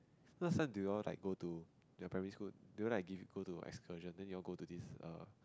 last time do you all like go to your primary school do you like givw go to excursion then you all go to this err